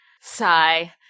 sigh